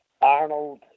Arnold